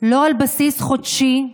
לא על בסיס חודשי,